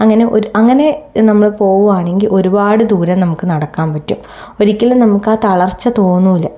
അങ്ങനെ ഒരു അങ്ങനെ നമ്മൾ പോവുകയാണെങ്കിൽ ഒരുപാട് ദൂരെ നമുക്ക് നടക്കാൻ പറ്റും ഒരിക്കലും നമുക്ക് ആ തളർച്ച തോന്നില്ല